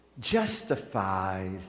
justified